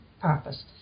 purpose